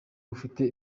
ufite